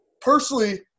personally